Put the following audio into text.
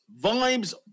Vibes